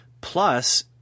Plus